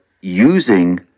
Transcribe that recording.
using